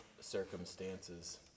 circumstances